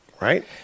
Right